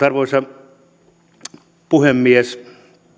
arvoisa puhemies